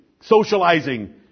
socializing